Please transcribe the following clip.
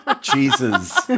jesus